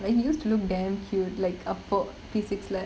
like he used to look damn cute like a f~ P six like that